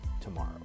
tomorrow